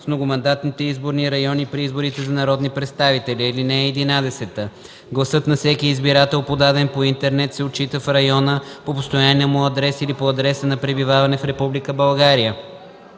с многомандатните изборни райони при изборите за народни представители. (11) Гласът на всеки избирател, подаден по интернет, се отчита в района по постоянния му адрес или по адреса на пребиваване в